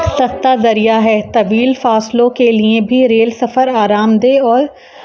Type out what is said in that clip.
سستا ذریعہ ہے طویل فاصلوں کے لیے بھی ریل سفر آرام دہ اور